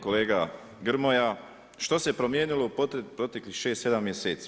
Kolega Grmoja, što se promijenilo u proteklih 6, 7 mjeseci?